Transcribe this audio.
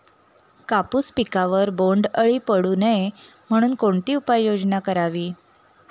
कापूस पिकावर बोंडअळी पडू नये म्हणून कोणती उपाययोजना करावी?